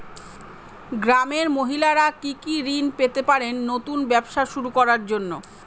গ্রামের মহিলারা কি কি ঋণ পেতে পারেন নতুন ব্যবসা শুরু করার জন্য?